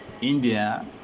India